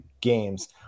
games